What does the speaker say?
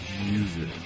Music